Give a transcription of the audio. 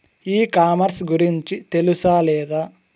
E commerce గురించి తెలుసా లేదా?